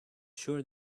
sure